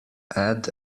add